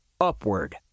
upward